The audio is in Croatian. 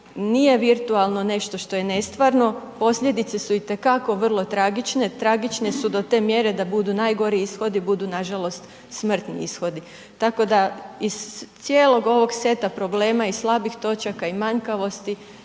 nije virtualno nešto što je nestvarno, posljedice su itekako vrlo tragične. Tragične su do te mjere da budu najgori ishodi, budu nažalost smrtni ishodi. Tako da iz cijelog ovog seta problema i slabih točaka i manjkavosti,